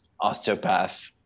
osteopath